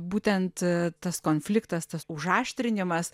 būtent tas konfliktas tas užaštrinimas